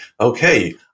okay